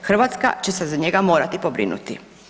Hrvatska će se za njega morati pobrinuti.